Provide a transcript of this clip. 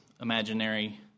imaginary